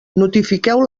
notifiqueu